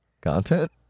Content